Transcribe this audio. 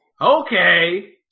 Okay